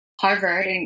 Harvard